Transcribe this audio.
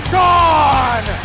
gone